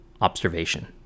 observation